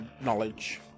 knowledge